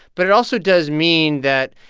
but it also does mean that,